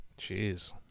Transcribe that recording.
Jeez